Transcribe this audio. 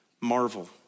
marvel